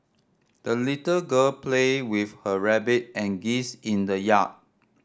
the little girl played with her rabbit and geese in the yard